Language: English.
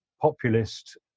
populist